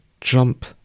jump